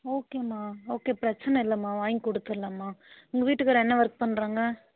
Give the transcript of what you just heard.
ஓகேம்மா ஓகே பிரச்சின இல்லைம்மா வாங்கி கொடுத்துர்லாம்மா உங்கள் வீட்டுக்காரர் என்ன ஒர்க் பண்ணுறாங்க